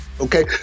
okay